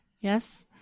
Yes